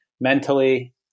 mentally